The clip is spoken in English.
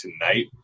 tonight